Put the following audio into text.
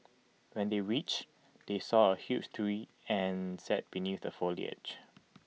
when they reached they saw A huge tree and sat beneath the foliage